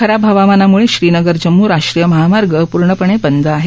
खराब हवामानामुळे श्रीनगर जम्मू राष्ट्रीय महामार्ग पूर्णपणे बद आहे